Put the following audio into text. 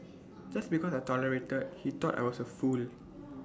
just because I tolerated he thought I was A fool